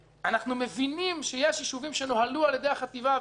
מבינים שיש ישובים שנוהלו על-ידי החטיבה וצריכים